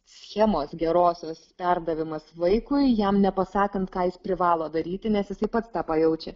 schemos gerosios perdavimas vaikui jam nepasakant ką jis privalo daryti nes jisai pats tą pajaučia